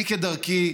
כדרכי,